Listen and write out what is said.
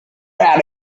how